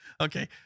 okay